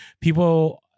people